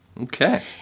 Okay